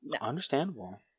understandable